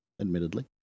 admittedly